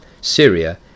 Syria